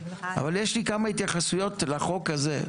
אבל יש לי כמה התייחסויות לחוק הזה.